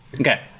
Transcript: Okay